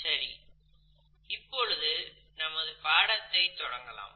சரி இப்பொழுது நமது பாடத்தை தொடங்கலாம்